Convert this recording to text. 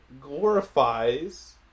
glorifies